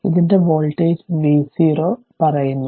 ഇതിന്റെ voltage v0 പറയുന്നു